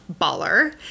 baller